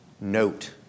note